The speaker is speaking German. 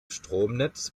stromnetz